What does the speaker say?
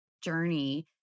journey